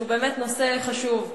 שהוא באמת נושא חשוב,